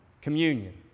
Communion